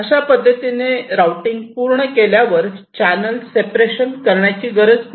अशा पद्धतीने आऊटिंग पूर्ण केल्यावर चॅनल सेपरेशन करण्याची गरज नाही